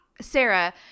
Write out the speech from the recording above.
sarah